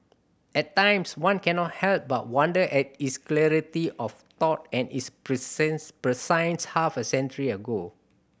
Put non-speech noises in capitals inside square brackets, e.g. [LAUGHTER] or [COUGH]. at times one cannot help but wonder at his clarity of thought and his [UNINTELLIGIBLE] prescience half a century ago